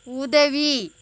உதவி